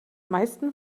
meisten